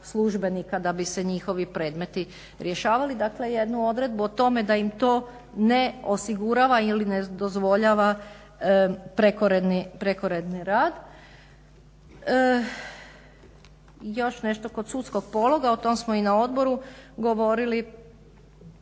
službenika da bi se njihovi predmeti rješavali. Dakle jednu odredbu o tome da im to ne osigurava ili ne dozvoljava prekoredni rad. Još nešto kod sudskog pologa, o tom smo i na odboru govorili,